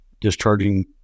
discharging